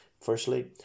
Firstly